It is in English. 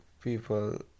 people